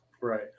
Right